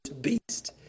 beast